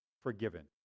forgiven